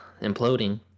imploding